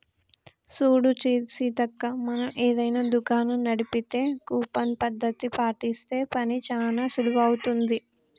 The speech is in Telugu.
చూడు సీతక్క మనం ఏదైనా దుకాణం నడిపితే కూపన్ పద్ధతి పాటిస్తే పని చానా సులువవుతుంది